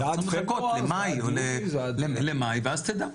אז אנחנו צריכים לחכות למאי ואז תדע.